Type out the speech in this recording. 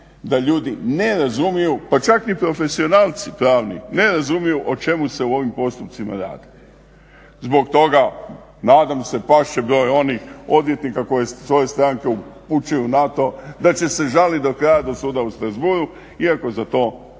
da ljudi ne razumiju, pa čak ni profesionalci pravni ne razumiju o čemu se u ovim postupcima radi. Zbog toga nadam se past će broj onih odvjetnika koji svoje stranke upućuju na to da će se žaliti do kraja do suda u Strasbourgu iako za to nema